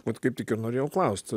vat kaip tik ir norėjau klaust